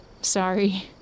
Sorry